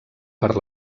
per